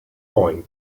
point